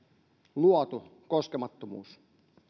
luotu koskemattomuus